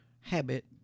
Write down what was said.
habit